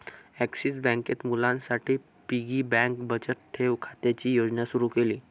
axis बँकेत मुलांसाठी piggy bank बचत ठेव खात्याची योजना सुरू केली